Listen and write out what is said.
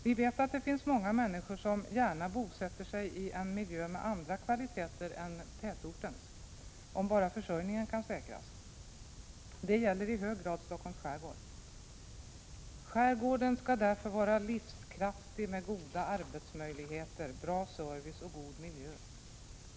Vi vet att det finns många människor som gärna bosätter sig i en miljö med andra kvaliteter än tätortens, om bara försörjningen kan säkras. Det gäller i hög grad Stockholms skärgård. Skärgården skall vara livskraftig med goda arbetsmöjligheter, bra service och god miljö.